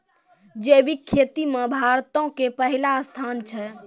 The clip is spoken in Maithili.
जैविक खेती मे भारतो के पहिला स्थान छै